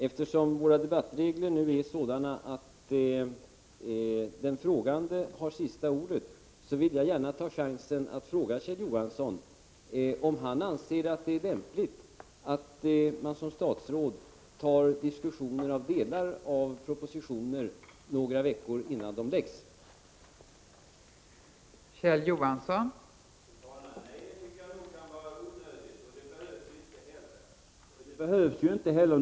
Eftersom våra debattregler nu är sådana att den frågande har sista ordet vill jag gärna ta chansen att fråga Kjell Johansson om han anser att det är lämpligt att man som statsråd diskuterar delar av propositioner några veckor innan de läggs fram.